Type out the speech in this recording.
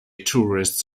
tourists